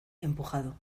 empujado